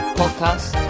podcast